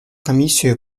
комиссию